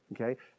okay